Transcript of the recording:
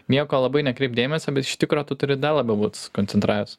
nieko labai nekreipti dėmesio bet iš tikro tu turi dar labiau būt susikoncentravęs